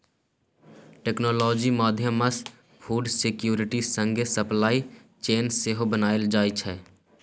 technology माध्यमसँ food security संगे supply chain सेहो बनाएल जाइ छै